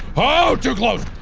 oh, too close,